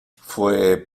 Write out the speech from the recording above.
fue